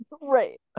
right